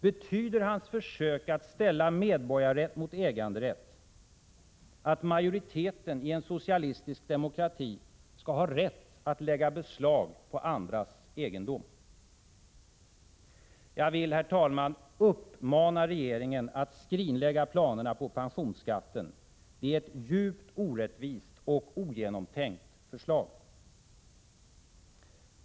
Betyder hans försök att ställa medborgarrätt mot äganderätt att majoriteten i en socialistisk demokrati skall ha rätt att lägga beslag på andras egendom? Jag vill, herr talman, uppmana regeringen att skrinlägga planerna på pensionsskatten. Det är ett djupt orättvist och ogenomtänkt förslag.